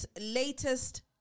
latest